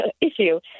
issue